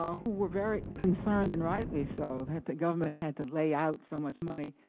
who were very concerned, and rightly so, that the government had to lay out so much money,